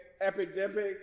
epidemic